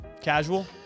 Casual